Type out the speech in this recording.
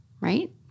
right